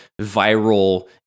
viral